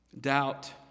Doubt